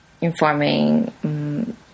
informing